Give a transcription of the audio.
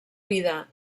vida